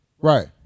Right